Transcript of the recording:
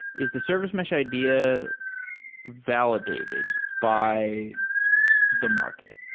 is the service mesh idea validated by the market?